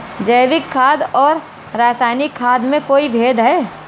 जैविक खाद और रासायनिक खाद में कोई भेद है?